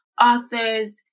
authors